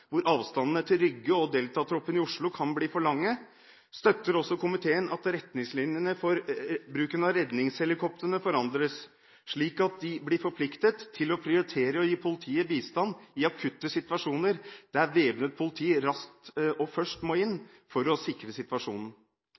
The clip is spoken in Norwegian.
hvor avstandene til Rygge og Delta-troppen i Oslo kan bli for lange, støtter også komiteen at retningslinjene for bruken av redningshelikoptrene forandres, slik at de blir forpliktet til å prioritere å gi politiet bistand i akutte situasjoner der væpnet politi raskt og først må inn for å sikre situasjonen.